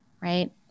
right